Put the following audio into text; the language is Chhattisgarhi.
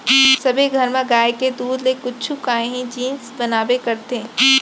सबे घर म गाय के दूद ले कुछु काही जिनिस बनाबे करथे